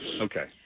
okay